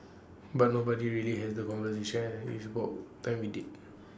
but nobody really has the conversation it's about time we did